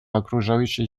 окружающей